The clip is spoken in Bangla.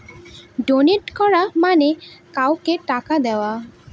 ডোনেট করা মানে কাউকে টাকা দেওয়া